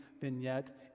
vignette